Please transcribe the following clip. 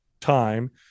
time